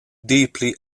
deeply